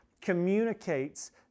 communicates